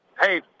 Hey